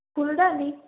ফুলদানি